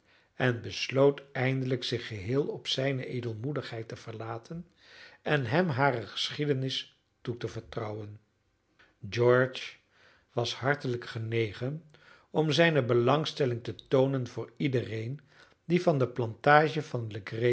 en besloot eindelijk zich geheel op zijne edelmoedigheid te verlaten en hem hare geschiedenis toe te vertrouwen george was hartelijk genegen om zijne belangstelling te toonen voor iedereen die van de plantage van legree